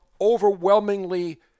overwhelmingly